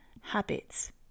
habits